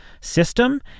system